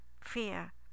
fear